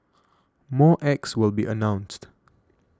more acts will be announced